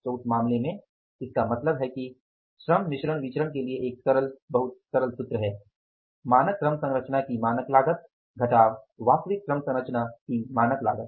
तो उस मामले में इसका मतलब है कि श्रम मिश्रण विचरण के लिए एक सरल बहुत सरल सूत्र है मानक श्रम संरचना की मानक लागत घटाव वास्तविक श्रम संरचना की मानक लागत